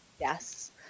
Yes